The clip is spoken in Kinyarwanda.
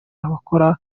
abakora